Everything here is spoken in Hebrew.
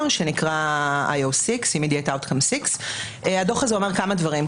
שנקרא IO6. הדוח הזה אומר כמה דברים.